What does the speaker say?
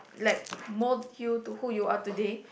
like mold you to who you are today